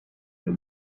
your